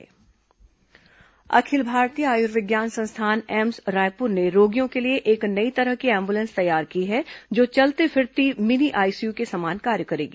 AIIMS mini ICU अखिल भारतीय आयुर्विज्ञान संस्थान एम्स रायपुर ने रोगियों के लिए एक नई तरह की एंबुलेंस तैयार की है जो चलती फिरती मिनी आईसीयू के समान कार्य करेगी